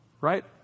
right